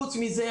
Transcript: חוץ מזה,